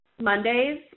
Monday's